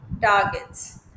targets